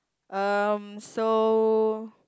um so